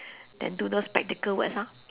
then do those practical works lor